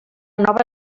nova